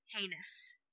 heinous